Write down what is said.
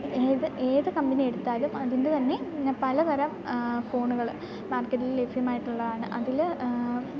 ഏത് ഏതു കമ്പനി എടുത്താലും അതിൻ്റെ തന്നെ ഇങ്ങനെ പലതരം ഫോണുകൾ മാർക്കറ്റിൽ ലഭ്യമായിട്ടുള്ളതാണ് അതിൽ